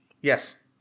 Yes